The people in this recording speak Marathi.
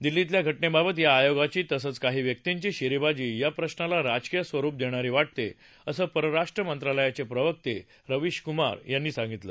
दिल्लीतल्या घटनेबाबत या आयोगाची तसंच काही व्यक्तींची शेरेबाजी या प्रश्नाला राजकीय स्वरूप देणारी वाटते असं परराष्ट्र मंत्रालयाचे प्रवक्ते रविश कुमार यांनी सांगितलं